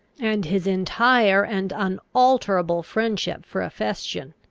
and his entire and unalterable friendship for ephestion.